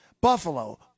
Buffalo